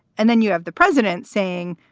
and then you have the president saying,